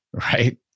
right